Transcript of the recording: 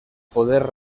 poder